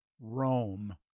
Rome